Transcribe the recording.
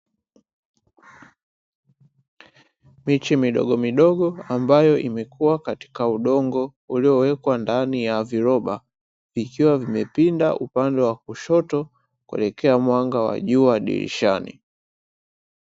Miche midogo midogo ambayo imekuwa katika udongo uliowekwa ndani ya viroba, vikiwa vimepinda upande wa wa lushoto kupelekwa mwanga wa jua dirishani.